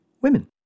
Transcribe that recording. women